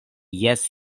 jes